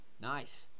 nice